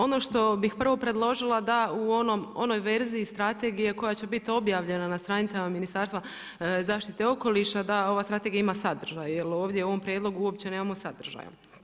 Ono što bih prvo predložila da u onoj verziji strategije koja će biti objavljena na stranicama Ministarstva zaštite okoliša da ova strategija ima sadržaj jer ovdje u ovom prijedlogu uopće nemamo sadržaja.